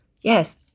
yes